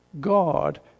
God